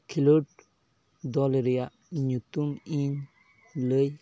ᱠᱷᱮᱞᱳᱰ ᱫᱚᱞ ᱨᱮᱭᱟᱜ ᱧᱩᱛᱩᱢᱤᱧ ᱞᱟᱹᱭ